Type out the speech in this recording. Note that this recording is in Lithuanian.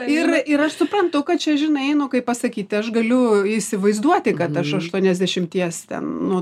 ir ir aš suprantu kad čia žinai nu kaip pasakyti aš galiu įsivaizduoti kad aš aštuoniasdešimties ten nu